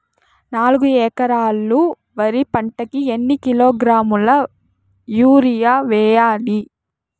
నాలుగు ఎకరాలు వరి పంటకి ఎన్ని కిలోగ్రాముల యూరియ వేయాలి?